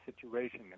situation